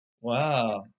Wow